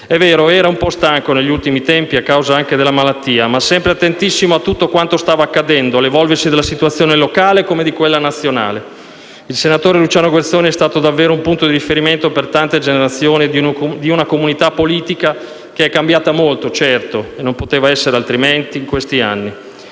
È vero, era un po' stanco negli ultimi tempi, a causa anche della malattia, ma sempre attentissimo a tutto quanto stava accadendo, all'evolversi della situazione locale come di quella nazionale. Il senatore Luciano Guerzoni è stato davvero un punto di riferimento per tante generazioni di una comunità politica che è cambiata molto (certo, e non poteva essere altrimenti) in questi anni.